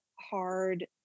hard